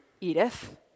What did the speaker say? Edith